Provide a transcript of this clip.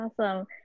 awesome